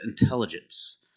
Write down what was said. intelligence